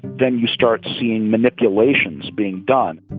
then you start seeing manipulations being done.